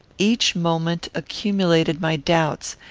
each moment accumulated my doubts,